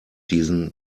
diesen